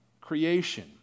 creation